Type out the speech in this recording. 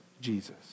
Jesus